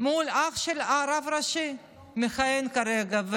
מול האח של הרב הראשי שמכהן כרגע,